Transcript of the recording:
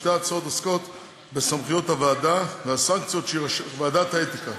שתי ההצעות עוסקות בסמכויות הוועדה, ועדת האתיקה,